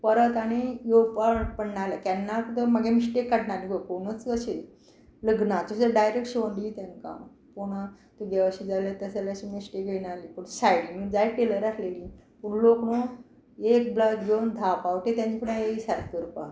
परत आनी येवपा म्हण पडना जालें केन्ना सुद्दां म्हगे मिस्टेक काडनान गो कोणूच अशीं लग्नाचो सुद्दां डायरेक्ट शिंवोन दिलें तेंकां हांव पूण तुगें अशें जालें तशें जालें अशी मिश्टेक येय नासली पूण सायडीन जायत टेलर आसलेलीं पूण लोक न्हू एक ब्लावज घेवन धा पावटीं तेंच्या फुड्यां येयी सारकें करपाक